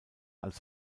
als